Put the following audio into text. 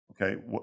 Okay